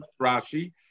Rashi